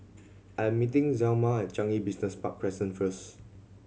I'm meeting Zelma at Changi Business Park Crescent first